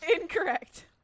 Incorrect